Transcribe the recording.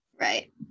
Right